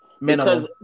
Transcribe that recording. Minimum